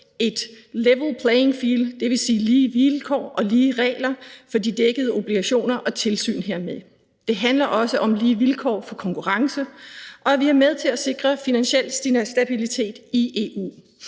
et level playing field, dvs. lige vilkår og lige regler for de dækkede obligationer og tilsyn hermed. Det handler også om lige vilkår for konkurrence, og at vi er med til at sikre finansiel stabilitet i EU,